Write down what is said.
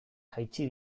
jaitsi